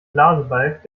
blasebalg